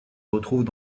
retrouvent